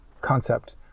concept